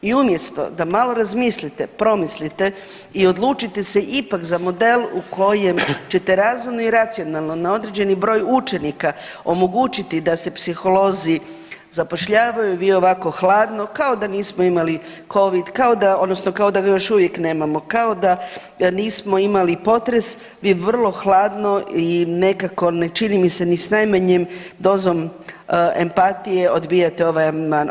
I umjesto da malo razmislite, promislite i odlučite se ipak za model u kojem ćete razumno i racionalno na određeni broj učenika omogućiti da se psiholozi zapošljavaju vi ovako hladno kao da nismo imali Covid odnosno kao da ga još uvijek nemamo, kao da nismo imali potres vi vrlo hladno i nekako ne čini mi se ni s najmanjom dozom empatije odbijate ovaj amandman.